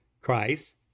Christ